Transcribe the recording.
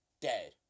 dead